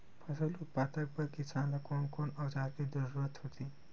फसल उत्पादन बर किसान ला कोन कोन औजार के जरूरत होथे?